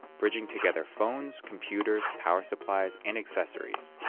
bridging together phones, computers, power supplies, and accessories.